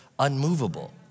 unmovable